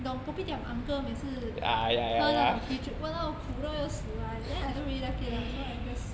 你懂 kopitiam uncle 每次喝那种啤酒 !walao! 苦到要死 one then I don't really like it lah so I just